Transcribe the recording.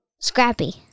Scrappy